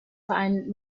verein